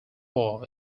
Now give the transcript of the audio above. war